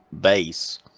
base